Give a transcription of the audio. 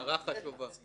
הערה חשובה.